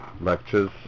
lectures